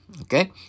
okay